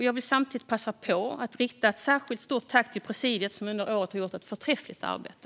Jag vill passa på att rikta ett särskilt stort tack till presidiet, som under året har gjort ett förträffligt arbete.